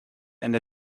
and